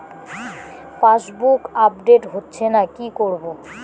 Passbook update হচ্ছেনা কি করবো?